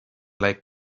like